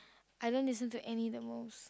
I don't listen to any the most